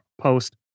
post